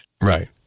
Right